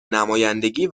نمایندگی